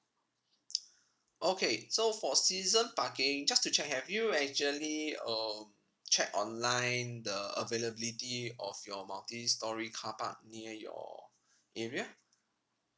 okay so for season parking just to check have you actually um checked online the availability of your multi storey car park near your area